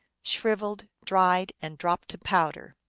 shriveled, dried, and dropped to powder.